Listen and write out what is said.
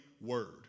word